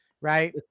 right